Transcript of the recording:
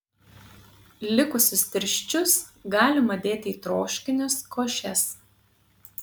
likusius tirščius galima dėti į troškinius košes